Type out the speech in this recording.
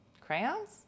Crayons